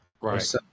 right